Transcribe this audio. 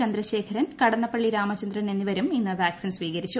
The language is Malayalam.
ചന്ദ്രശേഖരൻ കടന്നപ്പള്ളി രാമചന്ദ്രൻ എന്നിവരും ഇന്ന് വാക്സിൻ സ്വീകരിച്ചു